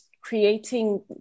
creating